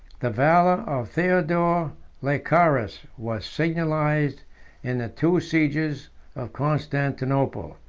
the valor of theodore lascaris was signalized in the two sieges of constantinople.